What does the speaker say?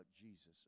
Jesus